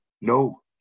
no